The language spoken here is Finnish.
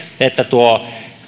että tuo